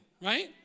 right